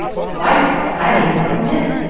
quite exciting, wasn't it?